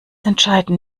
entscheiden